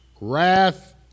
wrath